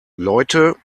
leute